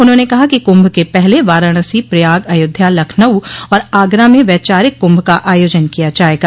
उन्होंने कहा कि कुंभ के पहले वाराणसी प्रयाग अयोध्या लखनऊ और आगरा में वैचारिक कुंभ का आयोजन किया जायेगा